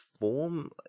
form